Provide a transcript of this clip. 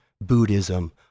Buddhism